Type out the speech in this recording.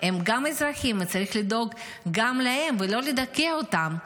הם גם אזרחים וצריך לדאוג גם להם ולא לדכא אותם.